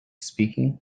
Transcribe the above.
speaking